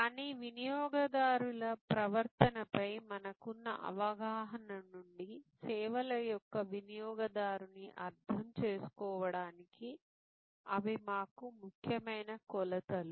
కానీ వినియోగదారుల ప్రవర్తన పై మనకున్న అవగాహన నుండి సేవల యొక్క వినియోగదారుని అర్థం చేసుకోవడానికి అవి మాకు ముఖ్యమైన కొలతలు